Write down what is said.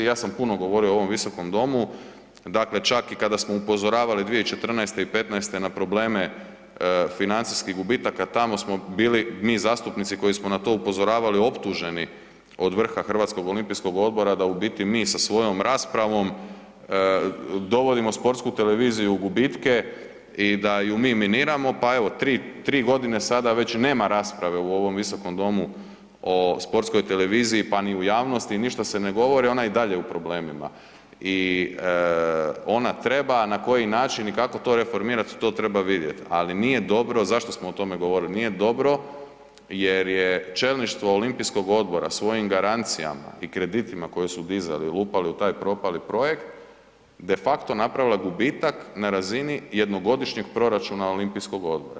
Ja sam puno govorio u ovom visokom domu, dakle čak i kada smo upozoravali 2014. i '15. na probleme financijskih gubitaka, tamo smo bili mi zastupnici, koji smo na to upozoravali, optuženi od vrha HOO da u biti mi sa svojom raspravom dovodimo sportsku televiziju u gubitke i da ju mi miniramo, pa evo 3 godine sada već nema rasprave u ovom visokom domu o sportskoj televiziji, pa ni u javnosti ništa se ne govori, ona je i dalje u problemima i ona treba, na koji način i kako to reformirat to treba vidjet, ali nije dobro, zašto smo o tome govorili, nije dobro jer je čelništvo olimpijskog odbora svojim garancijama i kreditima koje su dizali i ulupali u taj propali projekt de facto napravila gubitak na razini jednogodišnjeg proračuna olimpijskog odbora.